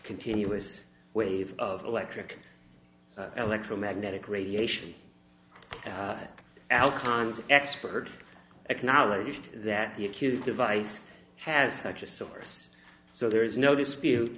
continuous waves of electric electromagnetic radiation out times experts acknowledged that the acute device has such a source so there is no dispute